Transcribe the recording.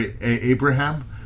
Abraham